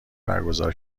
برگزار